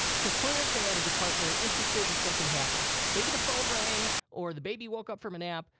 cause clearly if they added to cart, they were interested, and something happened. maybe the phone rang or the baby woke up from a nap.